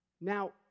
Now